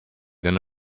than